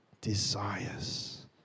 desires